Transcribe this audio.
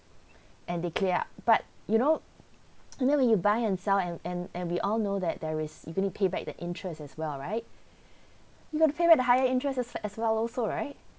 and they clear up but you know you know when you buy and sell and and we all know that there is even you payback the interest as well right you got to pay the higher interest as well as well also right